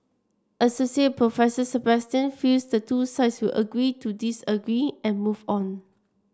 assoc Professor Sebastian feels the two sides will agree to disagree and move on